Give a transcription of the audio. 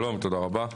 שלום, תודה רבה.